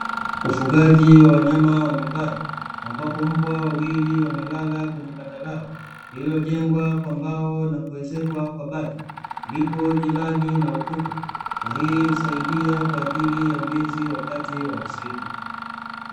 Ufugaji wa wanyama wa nyumbani ambapo mbwa wawili wamelala kwenye banda lao, lililojengwa kwa mbao na kuezekwa kwa bahati lipo jirani na ukuta na hii husaidia kwa ajili ya ulinzi wakati wa usiku.